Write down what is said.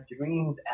dreams